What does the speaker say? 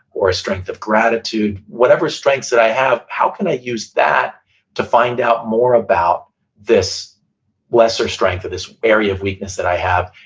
or a strength of gratitude, whatever strengths that i have, how can i use that to find out more about this lesser strength, or this area of weakness that i have,